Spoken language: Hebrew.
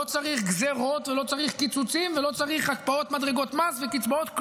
לא צריך גזרות ולא צריך קיצוצים ולא צריך הקפאות מדרגות מס וקצבאות.